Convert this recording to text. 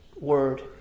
word